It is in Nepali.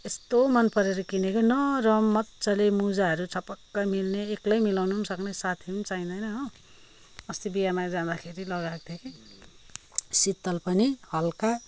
यस्तो मनपरेर किनेको नरम मजाले मुजाहरू छपक्कै मिल्ने एक्लै मिलाउनु पनि सक्ने साथीहरू पनि चाहिँदैन हो अस्ति बिहामा जाँदाखेरि लगाएको थिएँ कि शीतल पनि हलुका